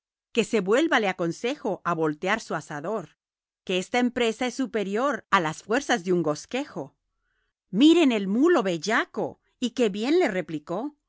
que se vuelva le aconsejo a voltear su asador que esta empresa es superior a las fuerzas de un gozquejo miren el mulo bellaco y qué bien le replicó lo